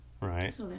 right